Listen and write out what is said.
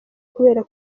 kubera